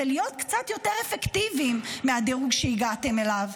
ולהיות קצת יותר אפקטיביים מהדירוג שהגעתם אליו.